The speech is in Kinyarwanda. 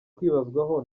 kwibazwaho